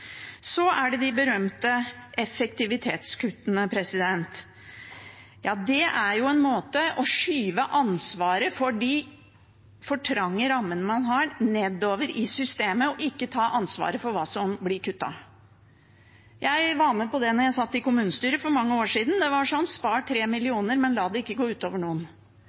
Så er det de berømte effektivitetskuttene. Det er jo en måte å skyve ansvaret for de for trange rammene man har, nedover i systemet og ikke ta ansvar for hva som blir kuttet. Jeg var med på det da jeg satt i kommunestyret for mange år siden. Det var sånn: Spar tre millioner, men la det ikke gå ut over noen,